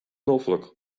noflik